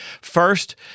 first